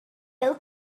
hwyl